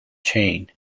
chain